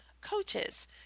Coaches